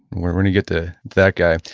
we're going to get to that guy.